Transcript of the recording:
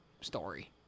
story